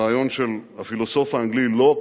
הרעיון של הפילוסוף האנגלי לוק,